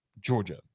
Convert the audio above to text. Georgia